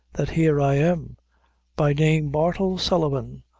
that here i am by name bartle sullivan,